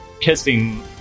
kissing